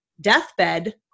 deathbed